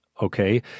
Okay